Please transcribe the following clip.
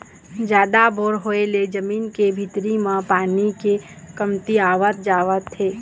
जादा बोर होय ले जमीन के भीतरी म पानी ह कमतियावत जावत हे